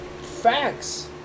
facts